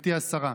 גברתי השרה,